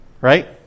right